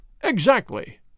Exactly